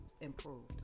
improved